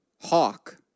Hawk